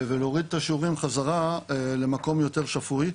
ולהוריד את השיעורים בחזרה למקום יותר שפוי,